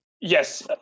yes